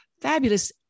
fabulous